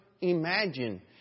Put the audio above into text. Imagine